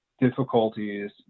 difficulties